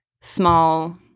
small